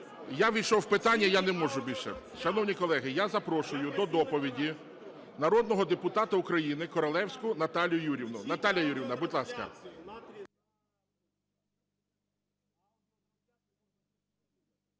Я ввійшов в питання, я не можу більше. Шановні колеги, я запрошую до доповіді народного депутата України Королевську Наталію Юріївну. Наталія Юріївна, будь ласка.